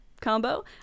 combo